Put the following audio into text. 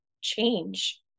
change